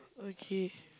okay